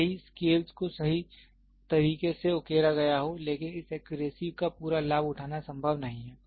भले ही स्केल को सही तरीके से उकेरा गया हो लेकिन इस एक्यूरेसी का पूरा लाभ उठाना संभव नहीं है